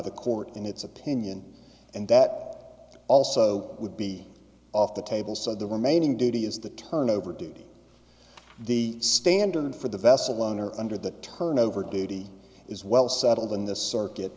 the court in its opinion and that also would be off the table so the remaining duty is the turnover duty the standard for the vessel owner under that turnover duty is well settled in this circuit